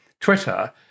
Twitter